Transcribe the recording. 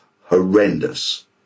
horrendous